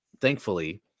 thankfully